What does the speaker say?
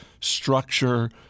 structure